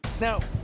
Now